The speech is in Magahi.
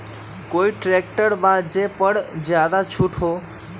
कोइ ट्रैक्टर बा जे पर ज्यादा छूट हो?